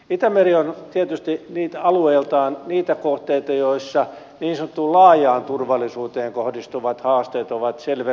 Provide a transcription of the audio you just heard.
itämeri on tietysti alueeltaan niitä kohteita joissa niin sanottuun laajaan turvallisuuteen kohdistuvat haasteet ovat selvemmin esillä